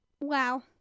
Wow